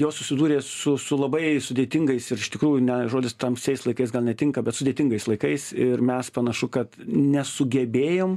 jos susidūrė su su labai sudėtingais ir iš tikrųjų ne žodis tamsiais laikais gal netinka bet sudėtingais laikais ir mes panašu kad nesugebėjom